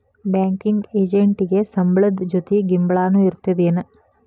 Banking ಎಜೆಂಟಿಗೆ ಸಂಬ್ಳದ್ ಜೊತಿ ಗಿಂಬ್ಳಾನು ಇರ್ತದೇನ್?